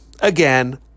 Again